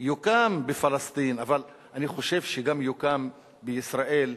יוקם בפלסטין, אבל אני חושב שגם יוקם בישראל.